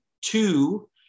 two